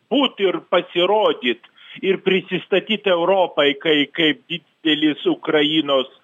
būt ir pasirodyt ir prisistatyti europai kai kaip didelis ukrainos